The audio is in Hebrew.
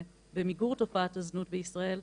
במיגור תופעת הזנות בישראל,